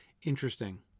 Interesting